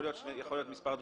יכולים להיות מספר דברים,